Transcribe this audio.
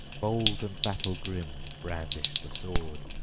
bold and battle-grim, brandished the sword,